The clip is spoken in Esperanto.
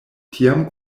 tiam